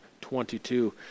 22